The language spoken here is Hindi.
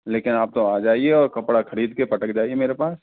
लेकिन आप तो आ जाइये और कपड़ा खरीद के पटक जाइये मेरे पास